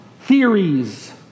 theories